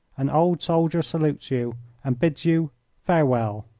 an old soldier salutes you and bids you farewell.